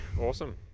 Awesome